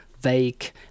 vague